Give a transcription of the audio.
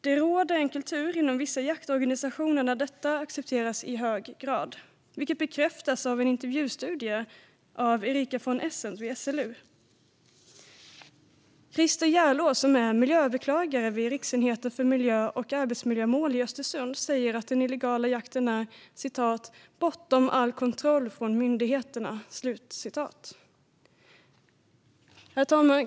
Det råder en kultur inom vissa jaktorganisationer där detta accepteras i hög grad, vilket bekräftas i en intervjustudie av Erica von Essen vid SLU. Christer Järlås, miljöåklagare vid Riksenheten för miljö och arbetsmiljömål i Östersund, säger att den illegala jakten är "bortom all kontroll från myndigheterna". Herr talman!